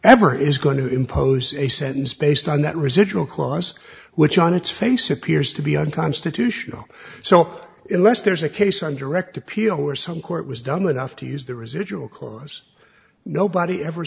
ever is going to impose a sentence based on that residual clause which on its face appears to be unconstitutional so unless there's a case on direct appeal or some court was done with off to use the residual cause nobody ever